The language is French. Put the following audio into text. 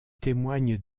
témoignent